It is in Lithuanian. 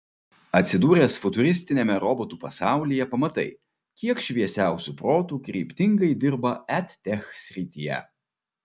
atsidūręs futuristiniame robotų pasaulyje pamatai kiek šviesiausių protų kryptingai dirba edtech srityje